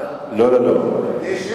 נשק?